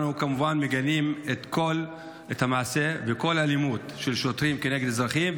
אנו כמובן מגנים את המעשה וכל אלימות של שוטרים כנגד אזרחים,